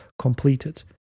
completed